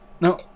No